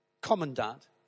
commandant